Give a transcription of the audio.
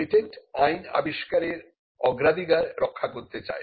patent আইন আবিষ্কারের অগ্রাধিকার রক্ষা করতে চায়